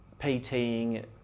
PTing